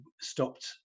stopped